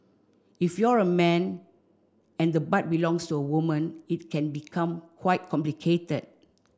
if you're a man and the butt belongs to a woman it can become quite complicated